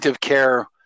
care